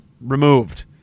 removed